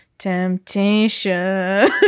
Temptation